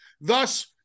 Thus